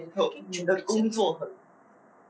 工作人员 freaking cupid sia